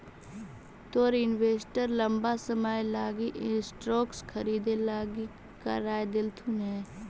तोर इन्वेस्टर लंबा समय लागी स्टॉक्स खरीदे लागी का राय देलथुन हे?